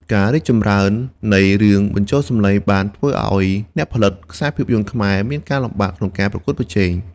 ការរីកចម្រើននៃរឿងបញ្ចូលសម្លេងបានធ្វើឲ្យអ្នកផលិតខ្សែភាពយន្តខ្មែរមានការលំបាកក្នុងការប្រកួតប្រជែង។